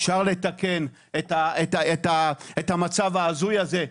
אפשר לתקן את המצב ההזוי הזה,